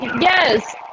Yes